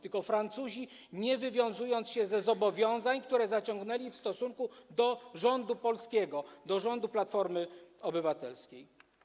tylko Francuzi, nie wywiązując się z zobowiązań, które zaciągnęli w stosunku do rządu polskiego, do rządu Platformy Obywatelskiej.